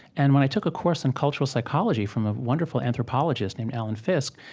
and when i took a course in cultural psychology from a wonderful anthropologist named alan fiske,